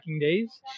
days